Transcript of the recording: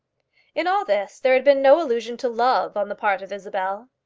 in all this there had been no allusion to love on the part of isabel.